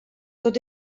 tot